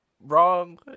wrong